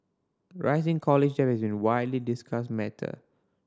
rising college debt a widely discussed matter